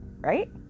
Right